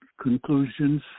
conclusions